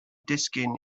disgyn